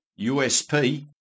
USP